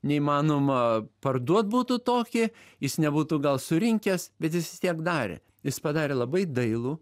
neįmanoma parduot būtų tokį jis nebūtų gal surinkęs bet jis vis tiek darė jis padarė labai dailų